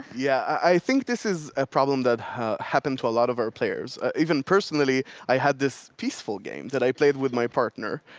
yeah, i think this is a problem that happened to a lot of our players. even personally, i had this peaceful game that i played with my partner,